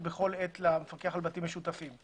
בכל עת למפקח על בתים משותפים.